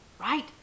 Right